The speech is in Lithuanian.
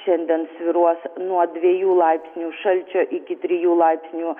šiandien svyruos nuo dviejų laipsnių šalčio iki trijų laipsnių